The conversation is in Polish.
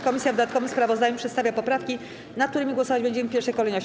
Komisja w dodatkowym sprawozdaniu przedstawia poprawki, nad którymi głosować będziemy w pierwszej kolejności.